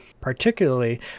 Particularly